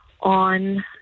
on